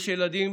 יש ילדים